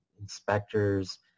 inspectors